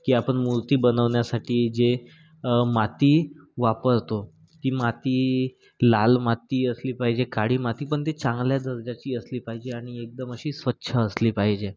की आपण मूर्ती बनवण्यासाठी जे माती वापरतो ती माती लाल माती असली पाहिजे काळी माती पण ती चांगल्या दर्जाची असली पाहिजे आणि एकदम अशी स्वच्छ असली पाहिजे